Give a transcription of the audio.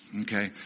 Okay